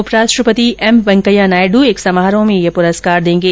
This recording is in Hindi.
उपराष्ट्रपति एम वेंकैया नायडू एक समारोह में ये पुरस्कार देंगे